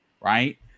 Right